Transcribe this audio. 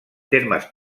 termes